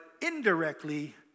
indirectly